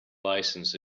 license